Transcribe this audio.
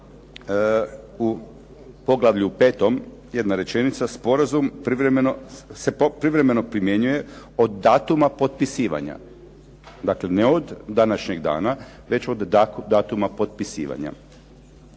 u poglavlju 5., jedna rečenica, sporazum se privremeno primjenjuje od datuma potpisivanja. Dakle, ne od današnjeg dana, već od datuma potpisivanja.